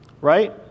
Right